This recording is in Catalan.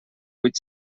vuit